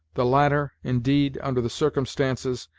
the latter, indeed, under the circumstances,